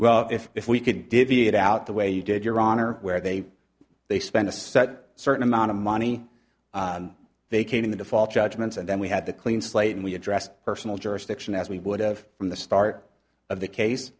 well if we can divvy it out the way you did your honor where they they spent a set a certain amount of money they came in the default judgments and then we had the clean slate and we addressed personal jurisdiction as we would have from the start of the case